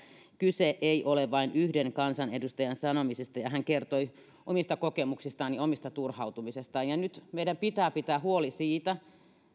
kyse ei ole vain yhden kansanedustajan sanomisista ja kertoi omista kokemuksistaan ja omasta turhautumisestaan nyt meidän pitää pitää huoli siitä että